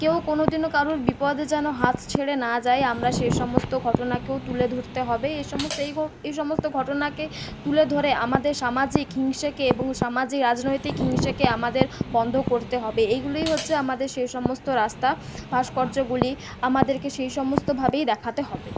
কেউ কোনওদিনও কারোর বিপদে যেন হাত ছেড়ে না যায় আমরা সে সমস্ত ঘটনাকেও তুলে ধরতে হবে এ সমস্ত এই সমস্ত ঘটনাকে তুলে ধরে আমাদের সামাজিক হিংসেকে এবং সামাজিক রাজনৈতিক হিংসেকে আমাদের বন্ধ করতে হবে এইগুলিই হচ্ছে আমাদের সে সমস্ত রাস্তা ভাস্কর্যগুলি আমাদেরকে সেই সমস্ত ভাবেই দেখাতে হবে